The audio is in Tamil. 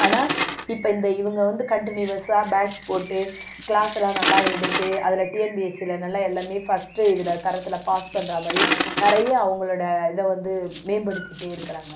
ஆனால் இப்போ இந்த இவங்க வந்து கன்டினியூவஸா பேட்ச் போட்டு க்ளாஸ் எல்லாம் நல்லா எடுத்து அதில் டிஎன்பிஎஸ்சியில் நல்லா எல்லாமே ஃபஸ்ட்டு இதில் தரத்தில் பாஸ் பண்ணுறா மாதிரி நிறையா அவங்களோட இதை வந்து மேம்படுத்திட்டே இருக்கிறாங்க